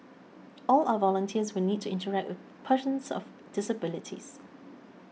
all our volunteers will need to interact with persons of disabilities